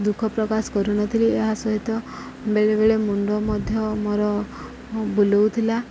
ଦୁଃଖ ପ୍ରକାଶ କରୁନଥିଲି ଏହା ସହିତ ବେଳେ ବେଳେ ମୁଣ୍ଡ ମଧ୍ୟ ମୋର ବୁଲାଉଥିଲା